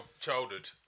childhood